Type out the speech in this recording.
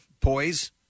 poise